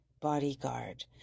bodyguard